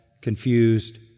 confused